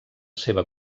seva